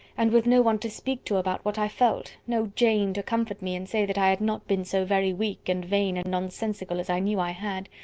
and with no one to speak to about what i felt, no jane to comfort me and say that i had not been so very weak and vain and nonsensical as i knew i had!